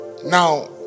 now